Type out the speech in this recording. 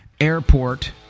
Airport